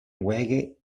wagged